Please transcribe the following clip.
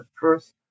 first